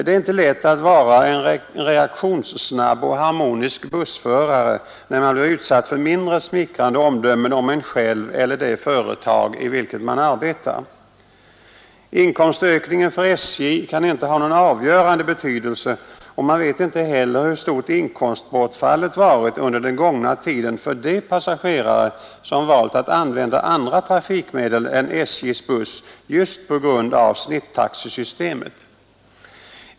Det är inte lätt att vara en reaktionssnabb och harmonisk bussförare när man blir utsatt för mindre smickrande omdömen om sig själv eller det företag i vilket man arbetar. Inkomstökningen för SJ kan inte ha någon avgörande betydelse, och man vet inte heller hur stort inkomstbortfallet varit under den gångna tiden på grund av de passagerare som valt att använda andra trafikmedel än SJ:s buss just på grund av snittaxesystemet.